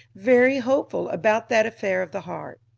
very hopeful about that affair of the heart.